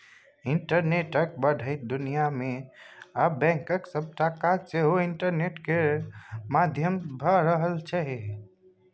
इंटरनेटक बढ़ैत दुनियाँ मे आब बैंकक सबटा काज सेहो इंटरनेट केर माध्यमसँ भए रहल छै